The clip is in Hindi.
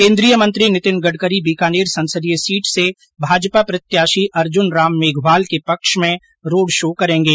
केन्द्रीय मंत्री नितिन गडकरी बीकानेर संसदीय सीट र्से भाजपा प्रत्याशी अर्जुनराम मेघवाल के पक्ष में रोड़ शो करेंगे